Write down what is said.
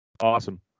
Awesome